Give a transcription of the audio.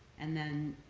and then